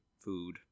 Food